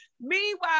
meanwhile